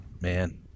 man